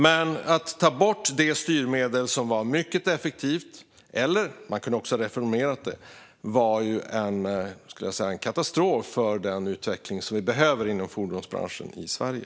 Men att ta bort det styrmedel som var mycket effektivt - man kunde också ha reformerat det - var en katastrof för den utveckling som vi behöver inom fordonsbranschen i Sverige.